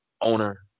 owner